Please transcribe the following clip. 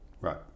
Right